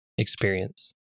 Experience